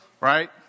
right